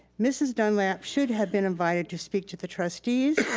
mrs. dunlap should have been invited to speak to the trustees,